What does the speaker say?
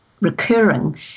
recurring